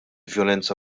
vjolenza